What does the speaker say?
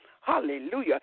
hallelujah